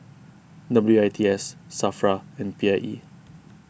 W I T S Safra and P I E